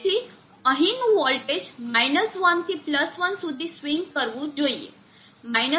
તેથી અહીંનું વોલ્ટેજ 1 થી 1 સુધી સ્વિંગ કરવું જોઈએ